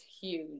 huge